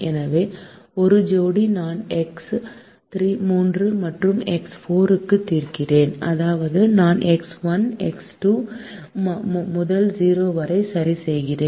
எனவே ஒரு ஜோடி நான் எக்ஸ் 3 மற்றும் எக்ஸ் 4 க்கு தீர்க்கிறேன் அதாவது நான் எக்ஸ் 1 எக்ஸ் 2 முதல் 0 வரை சரி செய்கிறேன்